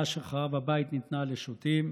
מאז שחרב הבית ניתנה לשוטים,